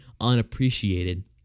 unappreciated